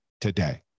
today